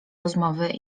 rozmowy